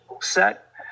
set